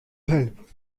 help